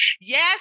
yes